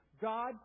God